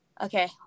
Okay